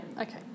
Okay